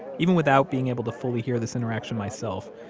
even without being able to fully hear this interaction myself,